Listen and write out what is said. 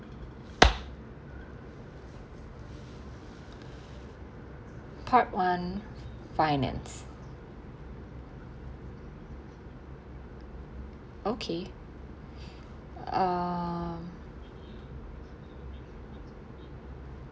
part one finance okay um